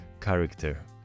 character